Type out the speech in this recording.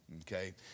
Okay